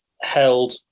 held